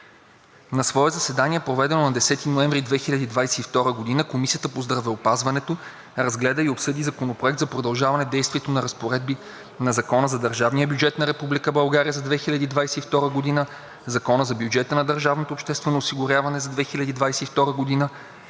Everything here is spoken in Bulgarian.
На свое заседание, проведено на 10 ноември 2022 г., Комисията по здравеопазването разгледа и обсъди Законопроект за продължаване действието на разпоредби на Закона за държавния бюджет на Република България за 2022 г., Закона за бюджета на държавното обществено осигуряване за 2022 г.